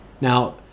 Now